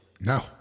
No